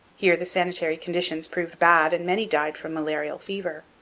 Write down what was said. here the sanitary conditions proved bad and many died from malarial fever.